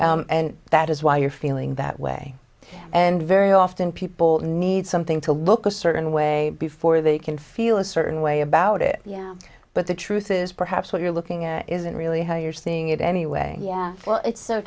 and that is why you're feeling that way and very often people need something to look a certain way before they can feel a certain way about it yeah but the truth is perhaps what you're looking at isn't really how you're seeing it anyway yeah well it's so